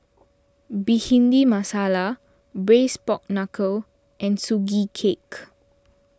Bhindi Masala Braised Pork Knuckle and Sugee Cake